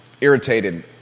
irritated